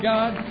God